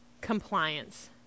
compliance